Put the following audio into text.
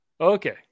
okay